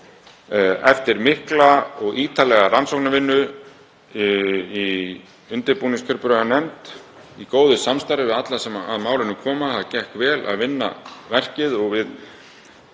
Eftir mikla og ítarlega rannsóknarvinnu í undirbúningskjörbréfanefnd, í góðu samstarfi við alla sem að málinu koma, það gekk vel að vinna verkið og